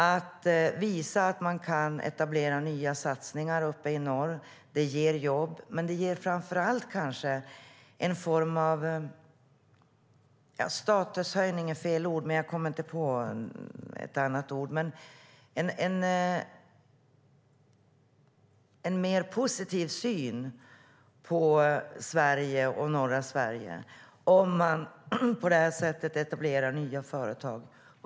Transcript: Att visa att man kan etablera nya satsningar uppe i norr ger jobb, men det ger kanske framför allt en mer positiv syn på Sverige och norra Sverige om man på det här sättet etablerar nya företag.